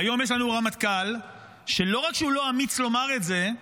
היום יש לנו רמטכ"ל שלא רק שהוא לא אמיץ לומר את זה,